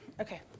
Okay